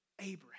Abraham